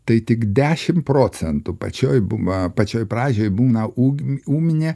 tai tik dešimt procentų pačioj bum pačioje pradžioje būna ūmi ūminė